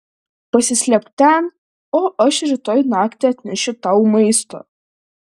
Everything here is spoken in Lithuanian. pasislėpk ten o aš rytoj naktį atnešiu tau maisto